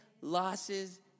losses